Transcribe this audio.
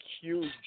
huge